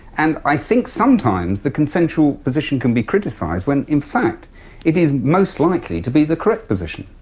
and i think sometimes the consensual position can be criticised when in fact it is most likely to be the correct position.